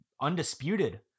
undisputed